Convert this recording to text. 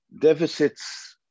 deficits